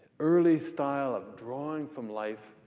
early style of drawing from life,